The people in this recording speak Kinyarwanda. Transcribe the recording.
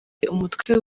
umutwe